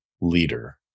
leader